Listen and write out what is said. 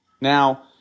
Now